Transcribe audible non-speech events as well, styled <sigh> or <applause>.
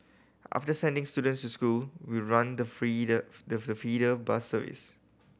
after sending students to school we run the <unintelligible> feeder bus service